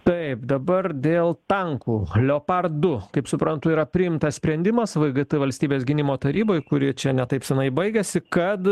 taip dabar dėl tankų leopardų kaip suprantu yra priimtas sprendimas v g t valstybės gynimo taryboj kuri čia ne taip senai baigėsi kad